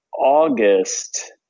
August